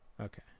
Okay